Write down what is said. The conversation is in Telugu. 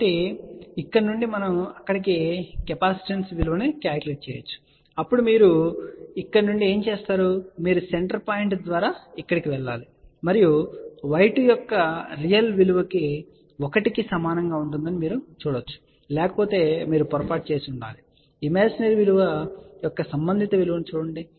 కాబట్టి ఇక్కడ నుండి మనం అక్కడి కెపాసిటెన్స్ విలువను కాలిక్యులేట్ చేయవచ్చు అప్పుడు మీరు ఇక్కడ నుండి ఏమి చేస్తారు మీరు సెంటర్ పాయింట్ ద్వారా ఇక్కడకు వెళ్లండి మరియు y2 యొక్క రియల్ విలువ 1 కి సమానంగా ఉంటుందని మీరు చూడవచ్చు లేకపోతే మీరు పొరపాటు చేసి ఉండాలి ఇమాజినరీ విలువ యొక్క సంబంధిత విలువను చూడండి